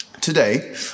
Today